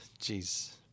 jeez